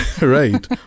Right